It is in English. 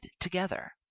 together